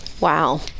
wow